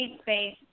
space